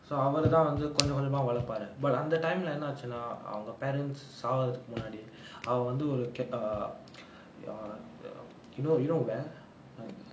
so அவருதா வந்து கொஞ்ச கொஞ்சமா வளப்பாறு:avaruthaa vanthu konja konjamaa valappaaru but அந்த:antha time lah என்னாச்சுனா அவங்க:ennaachunaa avanga parents சாவுறதுக்கு முன்னாடி அவன் வந்து:saavurathukku munnaadi avan vanthu you know you know well